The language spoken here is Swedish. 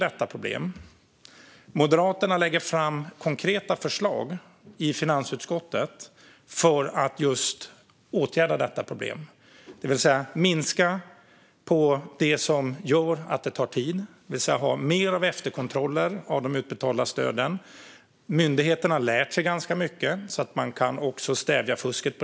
Moderaterna har i finansutskottet lagt fram konkreta förslag för att åtgärda problemet, det vill säga minska det som gör att det tar tid, genom mer efterkontroller av de utbetalda stöden. Myndigheterna har också lärt sig ganska mycket och kan även på det sättet stävja fusket.